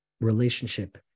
relationship